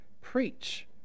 preach